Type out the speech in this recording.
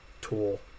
tool